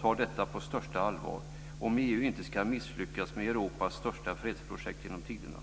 ta detta på största allvar om EU inte ska misslyckas med Europas största fredsprojekt genom tiderna.